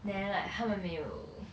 then like 他们没有